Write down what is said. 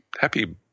happy